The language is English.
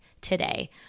today